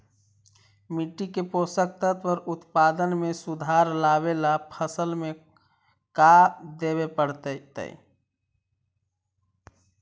मिट्टी के पोषक तत्त्व और उत्पादन में सुधार लावे ला फसल में का देबे पड़तै तै?